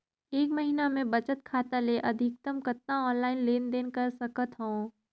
एक महीना मे बचत खाता ले अधिकतम कतना ऑनलाइन लेन देन कर सकत हव?